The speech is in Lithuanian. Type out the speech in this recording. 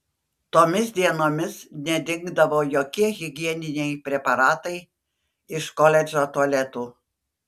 tomis dienomis nedingdavo jokie higieniniai preparatai iš koledžo tualetų